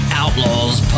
outlaws